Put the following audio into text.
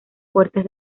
fuertes